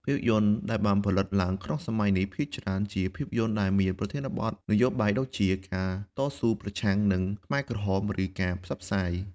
ភាពយន្តដែលបានផលិតឡើងក្នុងសម័យនេះ ភាគច្រើនជាភាពយន្តដែលមានប្រធានបទនយោបាយដូចជា ការតស៊ូប្រឆាំងនឹងខ្មែរក្រហម ឬការផ្សព្វផ្សាយ។